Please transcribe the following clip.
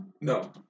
No